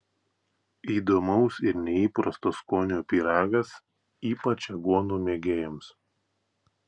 įdomaus ir neįprasto skonio pyragas ypač aguonų mėgėjams